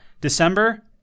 December